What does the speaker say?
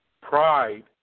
pride